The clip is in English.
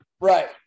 right